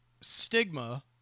stigma